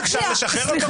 אני חייבת לומר.